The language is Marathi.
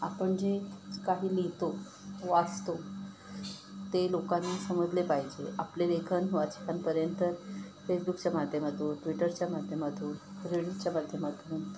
आपण जे काही लिहितो वाचतो ते लोकांना समजले पाहिजे आपले लेखन वाचकांपर्यंत फेसबुकच्या माध्यमातून ट्विटरच्या माध्यमातून रेडिओच्या माध्यमातून